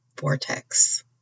vortex